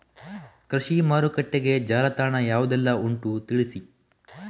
ಕೃಷಿ ಮಾರುಕಟ್ಟೆಗೆ ಜಾಲತಾಣ ಯಾವುದೆಲ್ಲ ಉಂಟು ತಿಳಿಸಿ